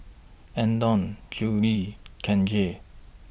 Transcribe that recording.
Andon Juli Kenzie